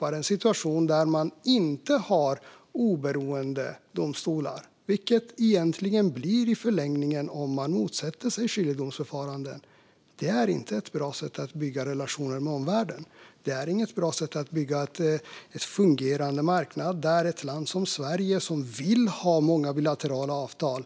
och en situation utan oberoende domstolar, vilket det i förlängningen egentligen blir om man motsätter sig skiljedomsförfaranden, är inte ett bra sätt att bygga relationer med omvärlden. Det är inte ett bra sätt att bygga en fungerande marknad i ett land som Sverige, som vill ha många bilaterala avtal.